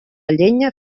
llenya